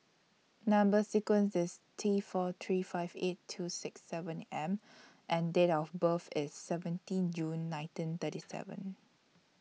Number sequence IS T four three five eight two six seven M and Date of birth IS seventeen June nineteen thirty seven